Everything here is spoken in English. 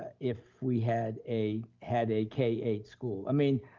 if we had a had a k eight school. i mean,